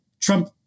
Trump